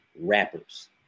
rappers